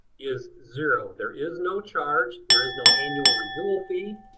is zero. there is no charge. there is no annual renewal fee.